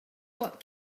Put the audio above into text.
what